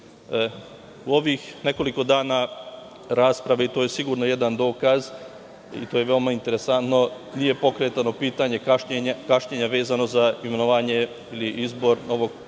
U ovih nekoliko dana rasprave, to je sigurno jedan dokaz i to je veoma interesantno nije pokretano pitanje kašnjenja, vezano za imenovanje glavnog pregovarača